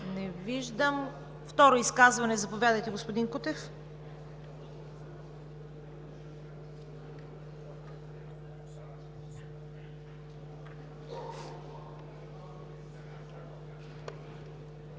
Не виждам. Второ изказване – заповядайте, господин Кутев.